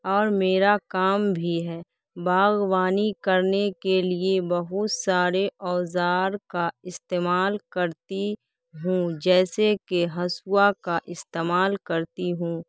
اور میرا کام بھی ہے باغبانی کرنے کے لیے بہت سارے اوزار کا استعمال کرتی ہوں جیسے کہ ہسوا کا استعمال کرتی ہوں